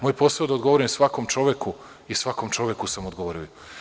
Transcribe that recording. Moj posao je da odgovorim svakom čoveku i svakom čoveku sam odgovorio.